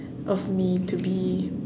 of me to be